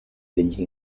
degli